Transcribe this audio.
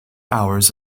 hours